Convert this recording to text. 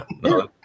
no